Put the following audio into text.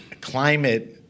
climate